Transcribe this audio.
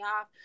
off